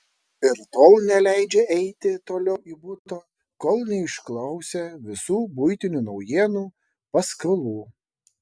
ir tol neleidžia eiti toliau į butą kol neišklausia visų buitinių naujienų paskalų